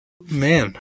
Man